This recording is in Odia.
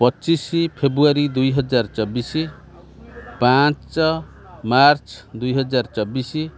ପଚିଶି ଫେବୃଆରୀ ଦୁଇ ହଜାର ଚବିଶି ପାଞ୍ଚ ମାର୍ଚ୍ଚ ଦୁଇ ହଜାର ଚବିଶି